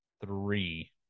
Three